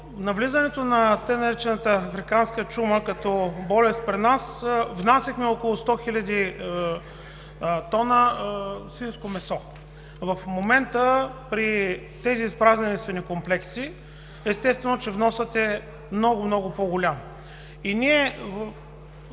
така наречената африканска чума като болест при нас внасяхме около 100 хил. т свинско месо, а в момента при тези изпразнени свинекомплекси, естествено, вносът е много, много по-голям.